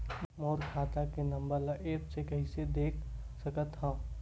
मोर खाता के नंबर ल एप्प से कइसे देख सकत हव?